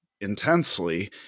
intensely